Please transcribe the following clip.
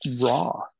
raw